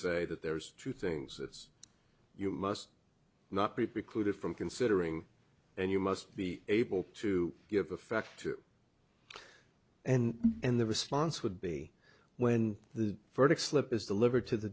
say that there is true things as you must not be precluded from considering then you must be able to give effect to and and the response would be when the verdict slip is the liver to the